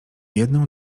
jedną